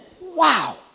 Wow